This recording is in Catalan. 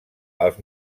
els